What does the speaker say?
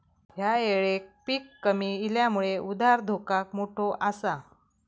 ह्या येळेक पीक कमी इल्यामुळे उधार धोका मोठो आसा